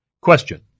Question